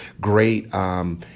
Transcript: great